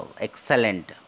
excellent